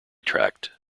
tract